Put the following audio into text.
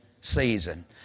season